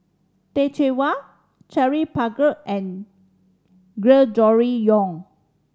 Teh Cheang Wan Paglar and Gregory Yong